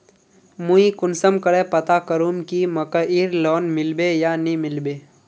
मुई कुंसम करे पता करूम की मकईर लोन मिलबे या नी मिलबे?